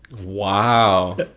Wow